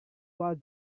was